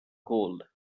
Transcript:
cold